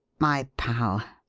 my pal!